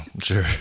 Sure